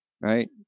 right